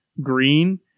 green